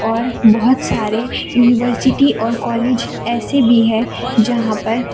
اور بہت سارے یونیورسٹی اور کالج ایسے بھی ہیں جہاں پر